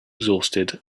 exhausted